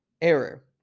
error